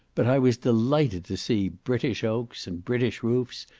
but i was delighted to see british oaks, and british roofs,